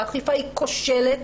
האכיפה היא כושלת,